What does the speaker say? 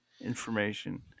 information